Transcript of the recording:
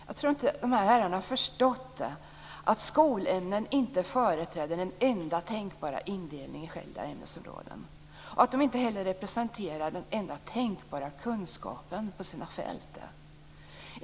Jag tror inte att de här herrarna har förstått att skolämnen inte företräder den enda tänkbara indelningen i skilda ämnesområden och att de inte heller representerar den enda tänkbara kunskapen på sina fält.